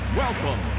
welcome